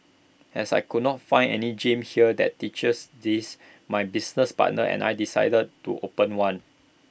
as I could not find any gym here that teaches this my business partners and I decided to open one